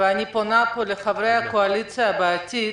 ואני פונה פה לחברי הקואליציה בעתיד,